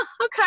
Okay